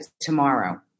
tomorrow